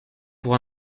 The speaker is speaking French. pour